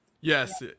Yes